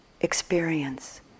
experience